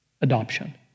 Adoption